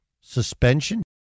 suspension